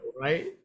right